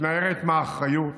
מתנערת מאחריות,